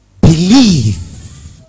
believe